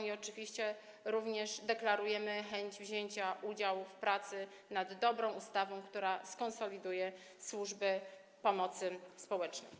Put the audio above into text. I oczywiście również deklarujemy chęć wzięcia udziału w pracy nad tą dobrą ustawą, która skonsoliduje służby pomocy społecznej.